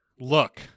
Look